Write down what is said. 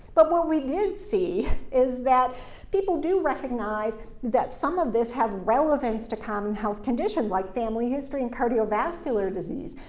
but what we did see is that people do recognize that some of this has relevance to common health conditions like family history and cardiovascular disease.